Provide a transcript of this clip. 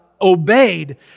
obeyed